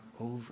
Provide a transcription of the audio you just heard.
over